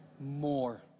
more